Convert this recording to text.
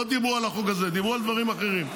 לא דיברו על החוג הזה, דיברו על דברים אחרים.